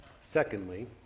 Secondly